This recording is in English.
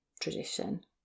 tradition